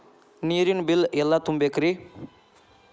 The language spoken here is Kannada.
ನೇರಿನ ಬಿಲ್ ಎಲ್ಲ ತುಂಬೇಕ್ರಿ?